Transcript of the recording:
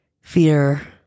fear